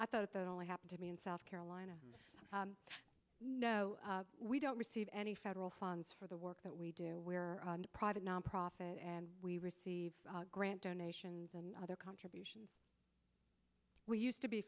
i thought that only happened to me in south carolina no we don't receive any federal funds for the work that we do we're private nonprofit and we receive grant donations and other contributions we used to be